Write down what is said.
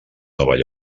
nova